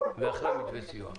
ואחרי מתווה הסיוע.